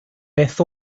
beth